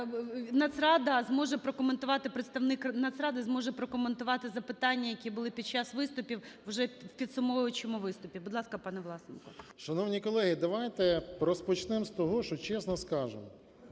Нацради зможе прокоментувати запитання, які були під час виступів уже у підсумовуючому виступі. Будь ласка, пане Власенко. 17:41:54 ВЛАСЕНКО С.В. Шановні колеги, давайте розпочнемо з того, що чесно скажемо: